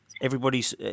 everybody's